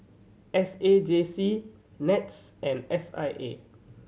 S A J C NETS and S I A